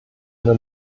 eine